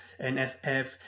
nsf